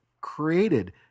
created